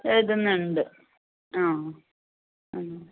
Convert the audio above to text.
എഴുതുന്നുണ്ട് ആ